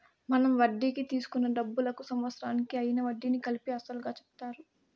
మనం వడ్డీకి తీసుకున్న డబ్బులకు సంవత్సరానికి అయ్యిన వడ్డీని కలిపి అసలుగా చెప్తారు